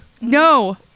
No